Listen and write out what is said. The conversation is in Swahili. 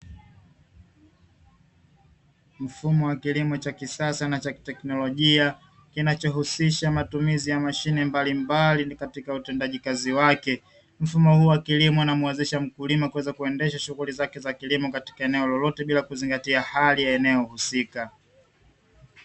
Mfumo wa kilimo cha kisasa na cha kiteknolojia, kinachohusisha matumizi ya mashine mbalimbali katika utendaji kazi wake, mfumo huu wa kilimo unamuwezesha mkulima kuweza kuendesha shughuli zake za kilimo katika eneo lolote, bila kuzingatia hali ya eneo husika.